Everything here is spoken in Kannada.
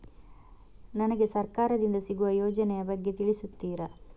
ನನಗೆ ಸರ್ಕಾರ ದಿಂದ ಸಿಗುವ ಯೋಜನೆ ಯ ಬಗ್ಗೆ ತಿಳಿಸುತ್ತೀರಾ?